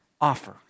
offer